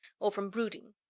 or from brooding.